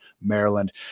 maryland